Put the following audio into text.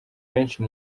menshi